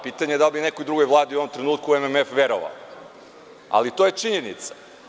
Pitanje je da li bi nekoj drugoj Vladi u ovom trenutku MMF verovao, ali to je činjenica.